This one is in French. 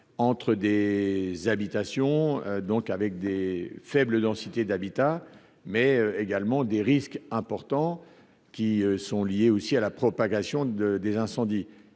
entre des habitations, donc avec des faibles densités d'habitat, mais également des risques importants qui sont liées aussi à la propagation de des incendies